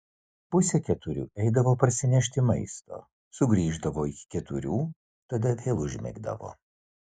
pusę keturių eidavo parsinešti maisto sugrįždavo iki keturių tada vėl užmigdavo